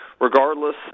regardless